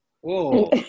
Whoa